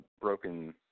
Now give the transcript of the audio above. broken